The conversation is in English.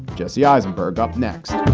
jesse eisenberg. up next,